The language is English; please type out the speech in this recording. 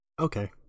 Okay